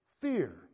fear